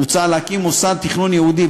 מוצע להקים מוסד תכנון ייעודי,